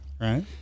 Right